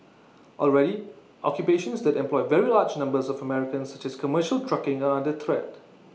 already occupations that employ very large numbers of Americans such as commercial trucking are under threat